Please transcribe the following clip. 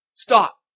Stop